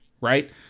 Right